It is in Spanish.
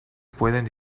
pueden